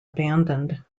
abandoned